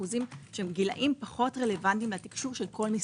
שהם גילאים פחות רלוונטיים לתקצוב של כל משרד.